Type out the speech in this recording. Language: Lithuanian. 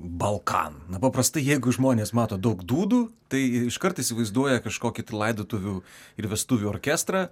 balkan na paprastai jeigu žmonės mato daug dūdų tai ir iškart įsivaizduoja kažkokį tai laidotuvių ir vestuvių orkestrą